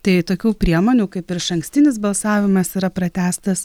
tai tokių priemonių kaip ir išankstinis balsavimas yra pratęstas